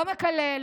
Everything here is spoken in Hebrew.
לא מקלל,